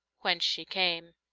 whence she came.